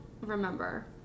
remember